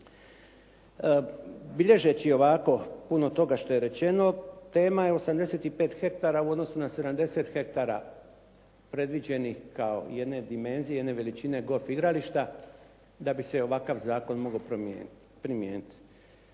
Bilježeći ovako puno toga što je rečeno, tema je 85 hektara u odnosu na 70 hektara predviđenih kao jedne dimenzije kao jedne veličine golf igrališta, da bi se ovakav zakon mogao primijeniti.